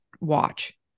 watch